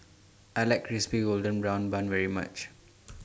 I like Crispy Golden Brown Bun very much